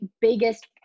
biggest